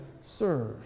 serve